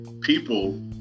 people